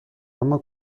اما